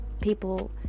people